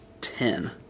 ten